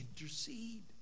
intercede